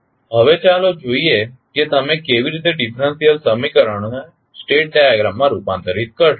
હવે ચાલો જોઈએ કે તમે કેવી રીતે ડીફરન્સીયલ સમીકરણો ને સ્ટેટ ડાયાગ્રામ માં રૂપાંતરિત કરશો